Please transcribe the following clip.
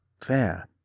Fair